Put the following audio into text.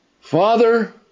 Father